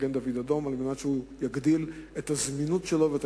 למגן-דוד-אדום על מנת שהוא יגדיל את הזמינות שלו ואת